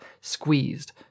squeezed